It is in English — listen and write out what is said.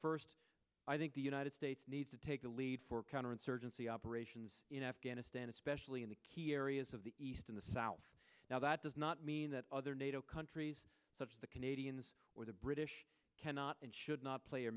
first i think the united states needs to take the lead for counterinsurgency operations in afghanistan especially in the key areas of the east in the south now that does not mean that other nato countries such as the canadians or the british cannot and should not play